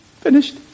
finished